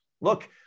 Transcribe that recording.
Look